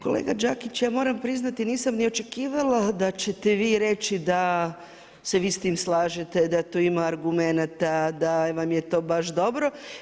Kolega Đakić ja moram priznati, nisam niti očekivala da ćete vi reći da se vi s tim slažete, da tu ima argumenata, da vam je to baš dobro.